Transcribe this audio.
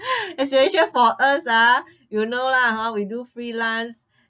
especially for us ah you know lah hor we do freelance